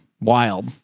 Wild